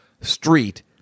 Street